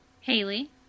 Haley